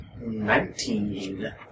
Nineteen